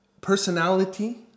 personality